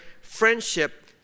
friendship